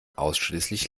ausschließlich